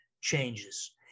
changes